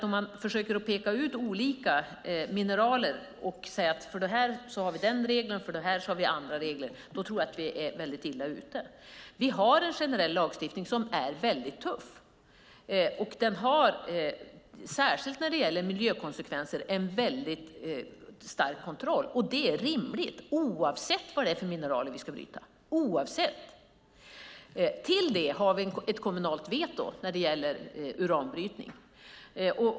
Om man försöker peka ut olika mineraler och säga att för den här har vi en regel och för den här har vi andra regler, tror jag att vi är väldigt illa ute. Vi har en generell lagstiftning som är mycket tuff. Den har en väldigt stark kontroll särskilt när det gäller miljökonsekvenser, och det är rimligt oavsett vilka mineraler vi ska bryta. Till det har vi ett kommunalt veto när det gäller uranbrytning.